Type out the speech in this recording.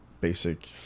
basic